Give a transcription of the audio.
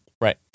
Right